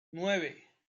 nueve